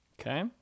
okay